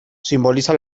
simboliza